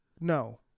No